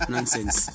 Nonsense